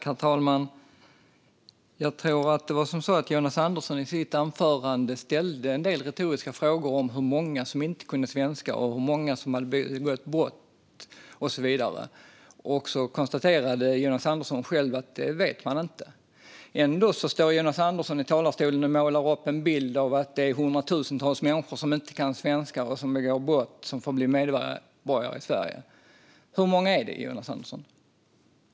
Herr talman! Jag tror att det var så att Jonas Andersson i sitt anförande ställde en del retoriska frågor om hur många som inte kan svenska, hur många som har begått brott och så vidare. Sedan konstaterade Jonas Andersson själv att det vet man inte. Ändå står han i talarstolen och målar upp en bild av att det är hundratusentals människor som inte kan svenska och som begår brott som får bli medborgare i Sverige. Hur många är det, Jonas Andersson?